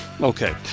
Okay